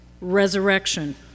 Resurrection